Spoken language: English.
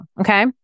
okay